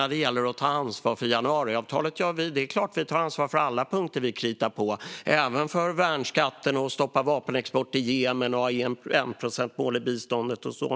När det gäller att ta ansvar för januariavtalet är det klart att vi tar ansvar för alla punkter som vi kritar på, även för värnskatten, för att stoppa vapenexport till Jemen och för att ha enprocentsmål i biståndet.